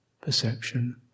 perception